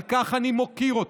על כך אני מוקיר אותו.